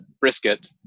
brisket